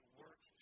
work